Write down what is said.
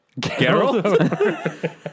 Geralt